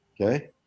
okay